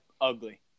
ugly